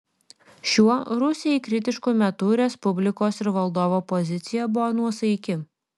šiuo rusijai kritišku metu respublikos ir valdovo pozicija buvo nuosaiki